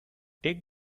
take